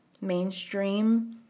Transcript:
mainstream